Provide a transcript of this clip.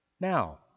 Now